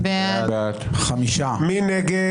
מי נגד?